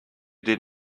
did